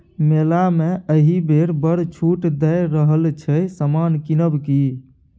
मेला मे एहिबेर बड़ छूट दए रहल छै समान किनब कि?